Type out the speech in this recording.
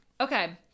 Okay